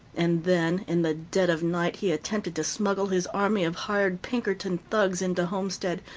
and then, in the dead of night, he attempted to smuggle his army of hired pinkerton thugs into homestead,